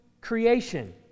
creation